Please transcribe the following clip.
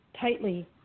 Tightly